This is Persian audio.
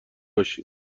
باشیم